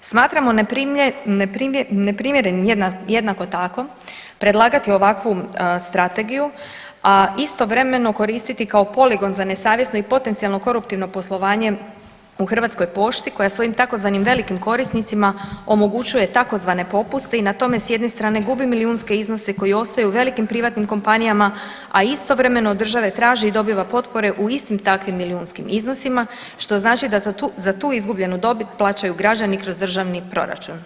Smatramo neprimjerenim jednako tako predlagati ovakvu strategiju, a istovremeno koristiti kao poligon za nesavjesno i potencijalno koruptivno poslovanje u Hrvatskoj pošti koja svojim tzv. velikim korisnicima omogućuje tzv. popuste i na tome s jedne strane gubi milijunske iznose koji ostaju velikim privatnim kompanijama, a istovremeno od države traži i dobiva potpore u istim takvim milijunskim iznosima, što znači da tu izguljenu dobit plaćaju građani kroz državni proračun.